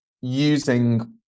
using